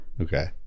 Okay